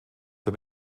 für